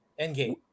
Endgame